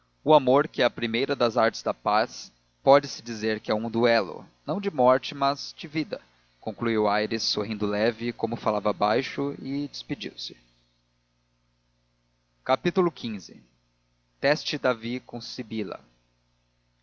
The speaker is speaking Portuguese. o amor que é a primeira das artes da paz pode-se dizer que é um duelo não de morte mas de vida concluiu aires sorrindo leve como falava baixo e despediu-se xv teste david cum sibylla